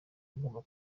agomba